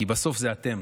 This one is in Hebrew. כי בסוף זה אתם